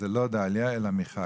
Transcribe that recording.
אז זה לא דליה, אלא מיכל.